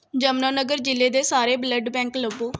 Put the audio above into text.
ਯਮੁਨਾਨਗਰ ਜ਼ਿਲ੍ਹੇ ਦੇ ਸਾਰੇ ਬਲੱਡ ਬੈਂਕ ਲੱਭੋ